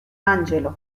angelo